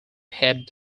head